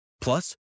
Plus